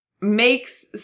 makes